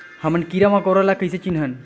हमन कीरा मकोरा ला कइसे चिन्हन?